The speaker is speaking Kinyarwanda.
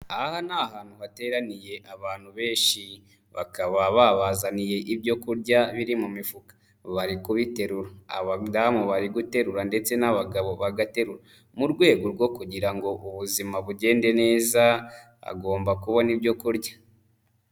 Aha ni ahantu hateraniye abantu benshi, bakaba babazaniye ibyo kurya biri mu mifuka, bari kubiterura, abadamu bari guterura ndetse n'abagabo bagaterura, mu rwego rwo kugira ngo ubuzima bugende neza, agomba kubona ibyo kurya.